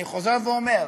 אני חוזר ואומר,